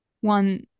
One